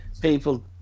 People